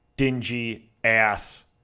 dingy-ass